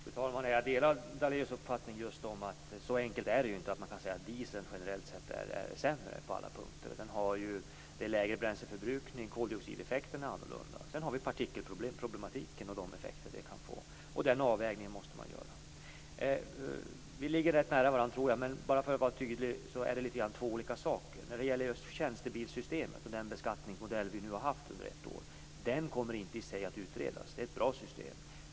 Fru talman! Jag delar Lennart Daléus uppfattning att det inte är så enkelt att man kan säga att diesel generellt sett är sämre på alla punkter. Det är lägre bränsleförbrukning, och koldioxideffekten är annorlunda. Sedan är det partikelproblematiken och de effekter den kan få, och den avvägningen måste man göra. Vi ligger nära varandra, tror jag, men bara för att vara tydlig vill jag peka på att det är två saker. När det gäller just tjänstebilssystemet och den beskattningsmodell vi nu har haft under ett år, kommer det inte i sig att utredas. Det är ett bra system.